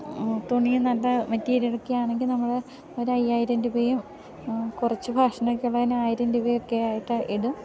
തുണി നല്ല മെറ്റീരിയലൊക്കെയാണെങ്കിൽ നമ്മള് ഒരയ്യായിരം രൂപയും കുറച്ച് ഫാഷനൊക്കെ ഉള്ളതിന് ആയിരം രൂപയൊക്കെ ആയിട്ട് ഇടും